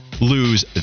lose